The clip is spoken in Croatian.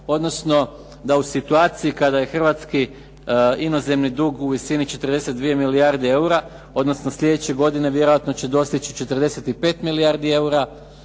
odnosno da u situaciji kada je hrvatski inozemni dug u visini 42 milijardi eura, odnosno sljedeće godine vjerojatno će dostići 45 milijardi eura,